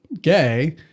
gay